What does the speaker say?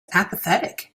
apathetic